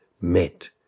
met